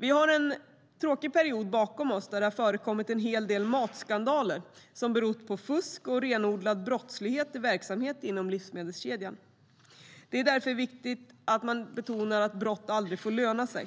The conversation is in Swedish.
Vi har en tråkig period bakom oss då det har förekommit en hel del matskandaler som berott på fusk och renodlat brottslig verksamhet i livsmedelskedjan. Det är viktigt att brott aldrig får löna sig,